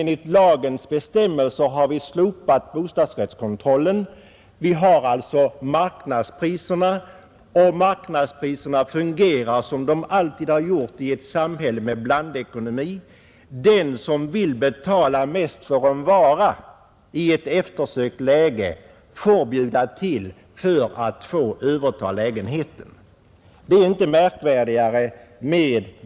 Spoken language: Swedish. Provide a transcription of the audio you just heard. Nu gäller alltså marknadspriserna, och marknadspriserna fungerar som de alltid har gjort i ett samhälle med blandekonomi: den som vill betala mest för en vara som är eftersökt får överta den, i det här fallet bostadsrättslägenheten.